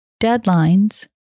deadlines